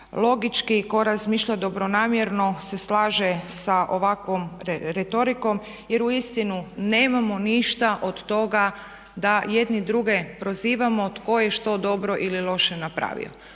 logički, tko razmišlja dobronamjerno se slaže sa ovakvom retorikom jer uistinu nemamo ništa od toga da jedni druge prozivamo tko je što dobro ili loše napravio.